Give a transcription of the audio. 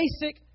basic